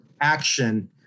action